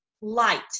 light